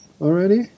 already